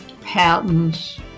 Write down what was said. patents